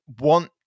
want